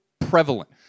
prevalent